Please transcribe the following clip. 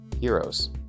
heroes